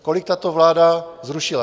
Kolik tato vláda zrušila?